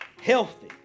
healthy